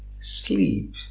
sleep